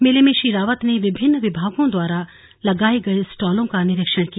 मेले में श्री रावत ने विभिन्न विभागों द्वारा लगाए गए स्टॉलों का निरीक्षण किया